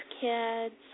kids